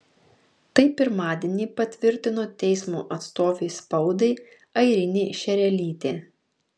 tai pirmadienį patvirtino teismo atstovė spaudai airinė šerelytė